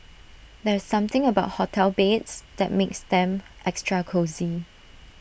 there's something about hotel beds that makes them extra cosy